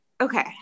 okay